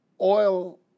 Oil